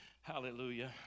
Hallelujah